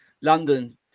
london